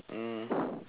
mm